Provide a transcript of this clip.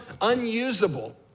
unusable